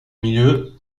milieu